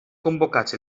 convocats